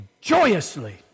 joyously